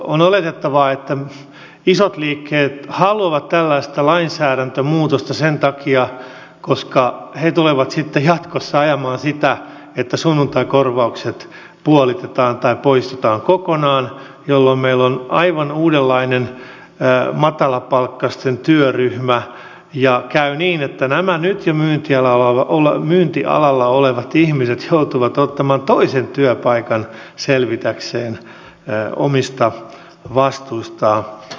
on oletettavaa että isot liikkeet haluavat tällaista lainsäädäntömuutosta sen takia koska he tulevat sitten jatkossa ajamaan sitä että sunnuntaikorvaukset puolitetaan tai poistetaan kokonaan jolloin meillä on aivan uudenlainen matalapalkkaisten töiden ryhmä ja käy niin että nämä nyt jo myyntialalla olevat ihmiset joutuvat ottamaan toisen työpaikan selvitäkseen omista vastuistaan